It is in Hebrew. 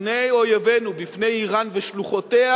מפני אויבינו, מפני אירן ושלוחותיה.